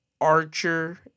Archer